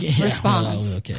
response